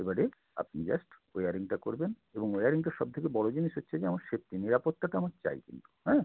এবারে আপনি জাস্ট ওয়্যারিংটা করবেন এবং ওয়্যারিংটার সবথেকে বড় জিনিস হচ্ছে যে আমার সেফটি নিরাপত্তাটা আমার চাই কিন্তু হ্যাঁ